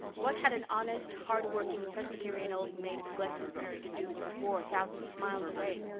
what had an honest, hard-working, presbyterian old maid of glen st. mary to do with a war thousands of miles away?